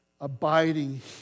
Abiding